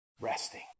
resting